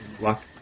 luck